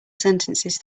sentences